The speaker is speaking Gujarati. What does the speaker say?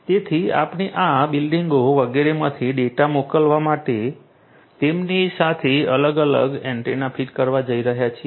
તેથી આપણે આ બિલ્ડીંગો વગેરેમાંથી ડેટા મોકલવા માટે તેમની સાથે અલગ અલગ એન્ટેના ફીટ કરવા જઈ રહ્યા છીએ